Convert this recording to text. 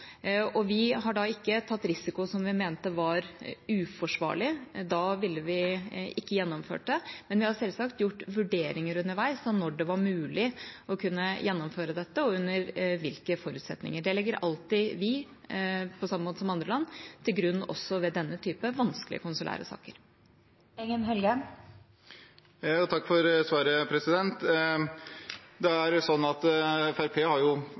Vi har ikke tatt risiko som vi mente var uforsvarlig, da ville vi ikke gjennomført det, men vi har selvsagt gjort vurderinger underveis av når det var mulig å kunne gjennomføre dette, og under hvilke forutsetninger. Det legger vi alltid til grunn, på samme måte som andre land, også ved denne typen vanskelige konsulære saker. Takk for svaret. Fremskrittspartiet har jo forsøkt å stille spørsmål fordi vi mener det